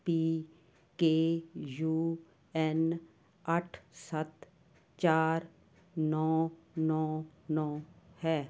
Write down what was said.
ਪੀ K U N ਅੱਠ ਸੱਤ ਚਾਰ ਨੌਂ ਨੌਂ ਨੌਂ ਹੈ